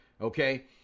Okay